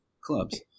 clubs